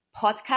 podcast